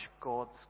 god's